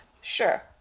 Sure